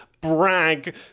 brag